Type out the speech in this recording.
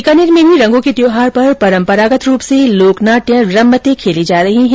बीकानेर में भी रंगों के त्यौहार पर परम्परागत रूप से लोकनाट्य रम्मते खेली जा रही है